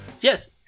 Yes